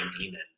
Demon